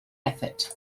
effort